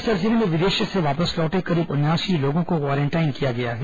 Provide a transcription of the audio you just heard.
बस्तर जिले में विदेश से वापस लौटे करीब उनयासी लोगों को क्वारेंटाइन किया गया है